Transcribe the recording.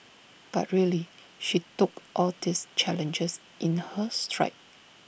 but really she took all these challenges in her stride